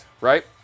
right